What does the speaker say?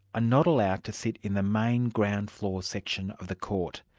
not allowed to sit in the main ground-floor section of the court.